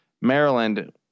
Maryland